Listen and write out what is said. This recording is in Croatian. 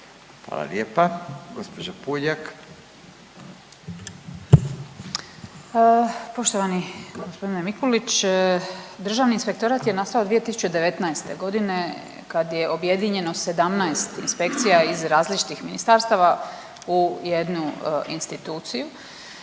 Marijana (Centar)** Poštovani g. Mikulić. Državni inspektorat je nastao 2019.g. kad je objedinjeno 17 inspekcija iz različitih ministarstava u jednu instituciju,